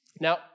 Now